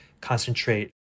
concentrate